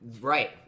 Right